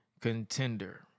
contender